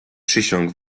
przysiąg